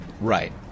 Right